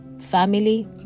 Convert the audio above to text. family